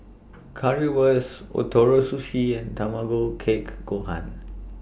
Currywurst Ootoro Sushi and Tamago Kake Gohan